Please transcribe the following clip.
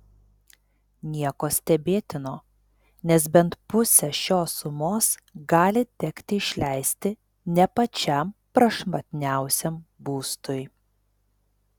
nieko stebėtino nes bent pusę šios sumos gali tekti išleisti ne pačiam prašmatniausiam būstui